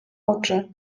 oczy